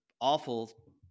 awful